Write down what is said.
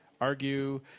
argue